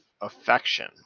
affection